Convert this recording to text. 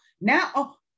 now